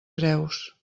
creus